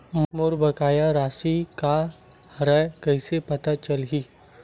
मोर बकाया राशि का हरय कइसे पता चलहि?